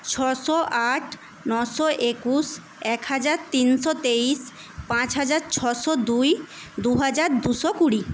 ছশো আট নশো একুশ এক হাজার তিনশো তেইশ পাঁচ হাজার ছশো দুই দু হাজার দুশো কুড়ি